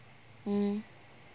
mm mm